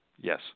Yes